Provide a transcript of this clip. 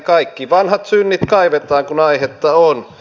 kaikki vanhat synnit kaivetaan kun aihetta on